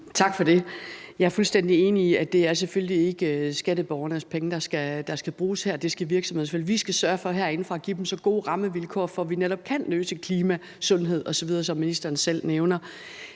Tak for det. Jeg er fuldstændig enig i, at det selvfølgelig ikke er skatteborgernes penge, der skal bruges her, men derimod virksomhedernes. Vi skal sørge for herindefra at give dem så gode rammevilkår, at vi netop kan løse det med klima, sundhed osv., som ministeren selv nævner.